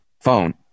phone